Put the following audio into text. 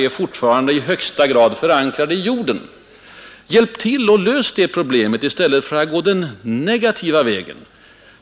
Jag tycker att det vore riktigt att hjälpa till att lösa problemet i stället för att gå den negativa vägen.